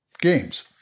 games